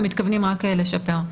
אנחנו מתכוונים רק לשפר.